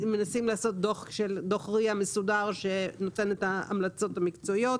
מנסים לעשות דוח מסודר שנותן את ההמלצות המקצועיות.